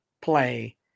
play